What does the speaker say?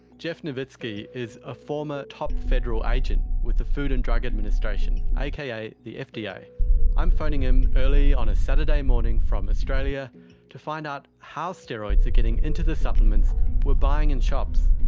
jeff novitzky is a former top federal agent with the food and drug administration, aka the fda. i'm phoning him early on a saturday morning from australia to find out how steroids are getting into the supplements we're buying in shops.